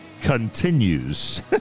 continues